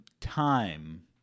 time